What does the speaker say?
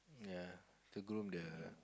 ya to groom the